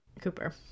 Cooper